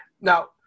Now